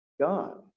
God